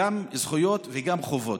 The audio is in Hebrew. גם זכויות וגם חובות.